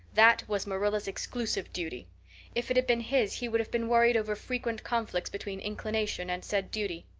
that was marilla's exclusive duty if it had been his he would have been worried over frequent conflicts between inclination and said duty.